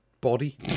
body